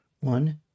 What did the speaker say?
one